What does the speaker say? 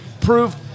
proof